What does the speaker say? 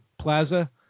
plaza